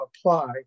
apply